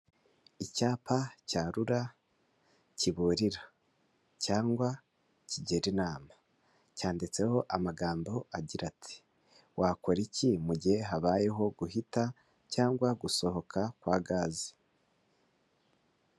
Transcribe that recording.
Icyapa cya RURA kiburira cyangwa kigira inama cyanditseho amagambo agira ati "wakora iki mu gihe habayeho guhita cyangwa gusohoka kwa gaze"?